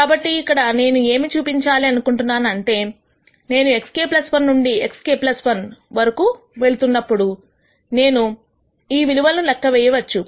కాబట్టి ఇక్కడ నేను ఏమి చూపించాలి అనుకుంటున్నాను అంటే నేను x k నుండి x k 1 వరకు వెళుతున్నప్పుడు నేను ఈ విలువలను లెక్క వేయవచ్చు